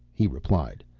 he replied.